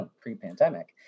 pre-pandemic